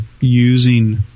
using